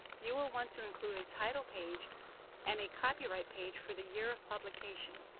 you will want to include a title page and a copyright page for the year of publication.